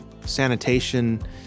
sanitation